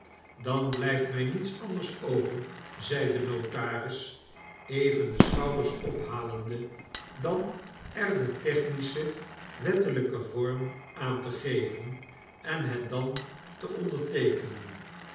dan blyft my niets anders over zeide de notaris even de schouders ophalende dan er den technischen wettelyken vorm aan te geven en het dan te onderteekenen